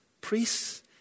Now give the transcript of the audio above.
priests